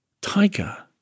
Tiger